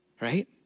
right